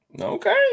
okay